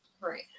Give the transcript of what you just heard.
Right